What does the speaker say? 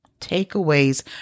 takeaways